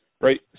Right